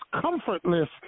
comfortless